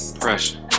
pressure